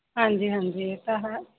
ਹਾਂਜੀ ਹਾਂਜੀ ਇਹ ਤਾਂ ਹੈ